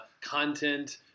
content